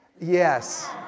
Yes